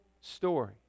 story